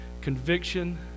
Conviction